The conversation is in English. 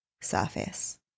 surface